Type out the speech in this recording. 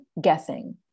guessing